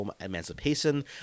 Emancipation